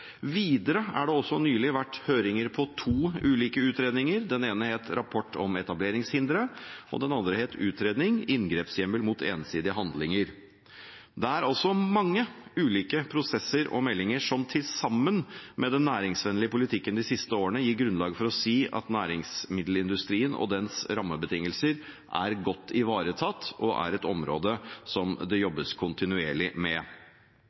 Videre har det nylig vært høringer om to ulike utredninger. Den ene het Rapport om etableringshindringer i dagligvaresektoren, og den andre var en utredning om muligheten for å etablere en inngrepshjemmel mot ensidige handlinger. Det er altså mange ulike prosesser og meldinger som sammen med den næringsvennlige politikken de siste årene gir grunnlag for å si at næringsmiddelindustrien og dens rammebetingelser er godt ivaretatt og er et område som det jobbes kontinuerlig med.